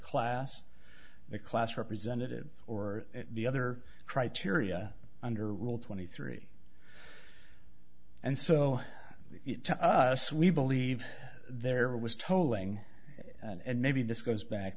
class the class representative or the other criteria under rule twenty three and so to us we believe there was tolling and maybe this goes back